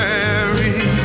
Mary